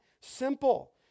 simple